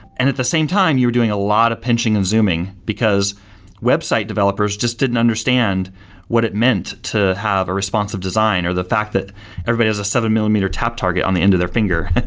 and at the same time, you were doing a lot of pinching and zooming, because website developers just didn't understand what it meant to have a responsive design, or the fact that everybody has a seven millimeter tap target on the end of their finger,